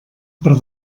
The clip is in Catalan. per